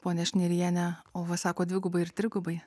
ponia šniriene o va sako dvigubai ir trigubai